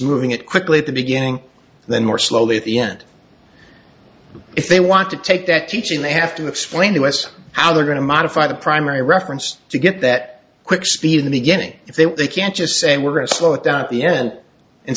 moving it quickly at the beginning then more slowly at the end if they want to take that teaching they have to explain to us how they're going to modify the primary reference to get that quick speed in the beginning if they were they can't just say we're going to slow it down at the end and